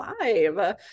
live